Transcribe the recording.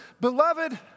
Beloved